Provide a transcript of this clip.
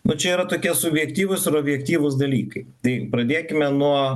nu čia yra tokia subjektyvūs srobjektyvūs dalykai tai pradėkime nuo